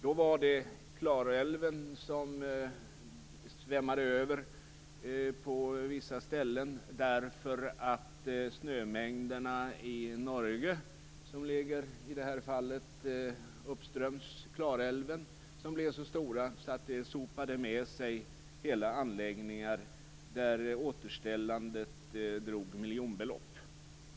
Då var det Klarälven som svämmade över på vissa ställen, därför att snömängderna i Norge, uppströms Klarälven, blev så stora att de sopade med sig hela anläggningar. Återställandet drog miljonbelopp.